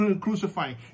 crucifying